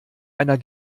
einer